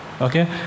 okay